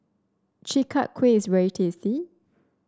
Chi Kak Kuihs very tasty